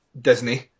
Disney